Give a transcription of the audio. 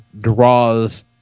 draws